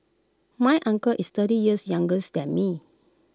my uncle is thirty years younger than me